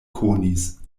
konis